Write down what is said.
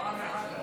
פעם אחת פה.